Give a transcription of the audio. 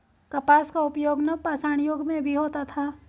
कपास का उपयोग नवपाषाण युग में भी होता था